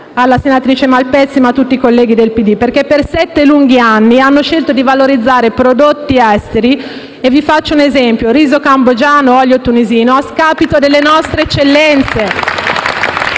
alla senatrice Malpezzi e a tutti i colleghi del PD, perché per sette lunghi anni hanno scelto di valorizzare prodotti esteri - e vi faccio un esempio: riso cambogiano, olio tunisino - a scapito delle nostre eccellenze!